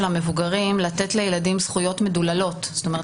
המבוגרים לתת לילדים זכויות מדוללות זאת אומרת,